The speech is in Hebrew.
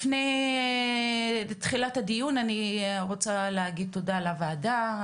לפני תחילת הדיון אני רוצה להגיד תודה לוועדה,